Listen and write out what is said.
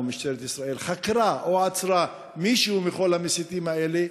או משטרת ישראל חקרה או עצרה מישהו מכל המסיתים האלה?